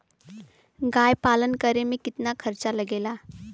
गाय पालन करे में कितना खर्चा लगेला?